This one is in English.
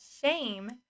shame